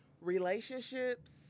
Relationships